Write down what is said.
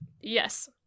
Yes